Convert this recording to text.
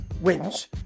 wins